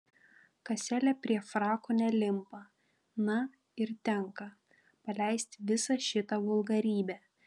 kaselė prie frako nelimpa na ir tenka paleisti visą šitą vulgarybę